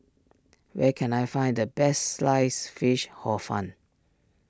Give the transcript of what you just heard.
where can I find the best Sliced Fish Hor Fun